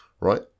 right